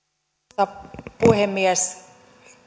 arvoisa puhemies